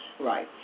Right